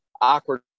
awkward